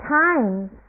times